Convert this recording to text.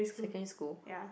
secondary school